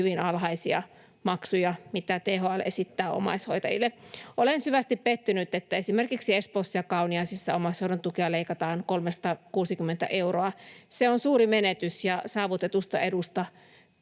hyvin alhaisia maksuja, mitä THL esittää omaishoitajille. Olen syvästi pettynyt, että esimerkiksi Espoossa ja Kauniaisissa omaishoidon tukea leikataan 360 euroa. Se on suuri menetys, ja saavutetusta edusta